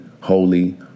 holy